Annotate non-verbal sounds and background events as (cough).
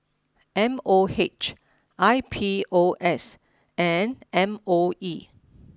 M O H I P O S and M O E (noise)